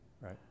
right